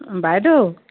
বাইদেউ